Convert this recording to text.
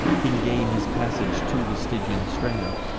can gain his passage to the stygian strand,